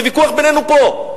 זה ויכוח בינינו פה.